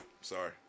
sorry